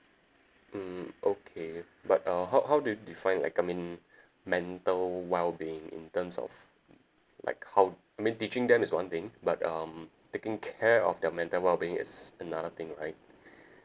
mm okay but uh how how do you define like I mean mental wellbeing in terms of like how I mean teaching them is one thing but um taking care of their mental wellbeing it's another thing right